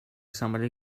somebody